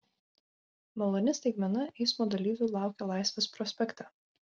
maloni staigmena eismo dalyvių laukia laisvės prospekte